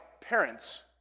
parents